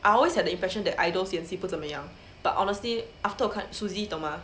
I always had the impression that idols 演戏不怎么样 but honestly after 我看 suzy 你懂吗